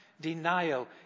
denial